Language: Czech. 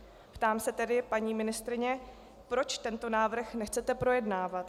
Ptám se tedy, paní ministryně: Proč tento návrh nechcete projednávat?